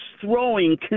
throwing